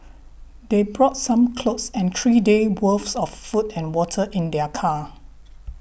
they brought some clothes and three days' worth of food and water in their car